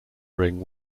ring